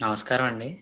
నమస్కారం అండి